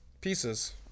pieces